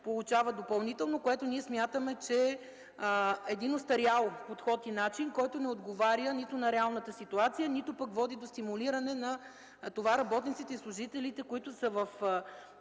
получава. Ние смятаме, че това е един остарял подход и начин, който не отговоря нито на реалната ситуация, нито пък води до стимулиране на работниците и служителите, които са в